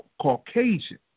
Caucasian